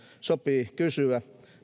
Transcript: sopii kysyä